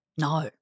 No